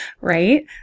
right